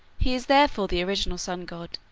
he is therefore the original sun-god,